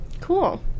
Cool